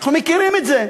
אנחנו מכירים את זה.